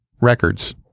records